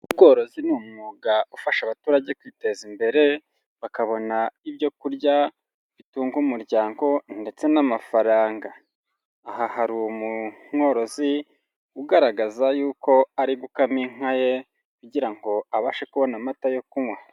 Ubworozi ni umwuga ufasha abaturage kwiteza imbere, bakabona ibyo kurya bitunga umuryango ndetse n'amafaranga, aha hari umworozi ugaragaza yuko ari gukama inka ye kugira ngo abashe kubona amata yo kunywa.